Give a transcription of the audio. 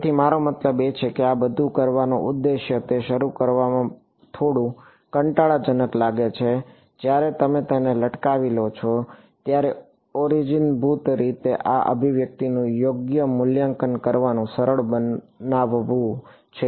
તેથી મારો મતલબ છે કે આ બધું કરવાનો ઉદ્દેશ્ય તે શરૂ કરવા માટે થોડું કંટાળાજનક લાગે છે જ્યારે તમે તેને લટકાવી લો છો ત્યારે ઓરિજિનભૂત રીતે આ અભિવ્યક્તિનું યોગ્ય મૂલ્યાંકન કરવાનું સરળ બનાવવું છે